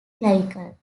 clavicle